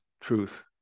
truth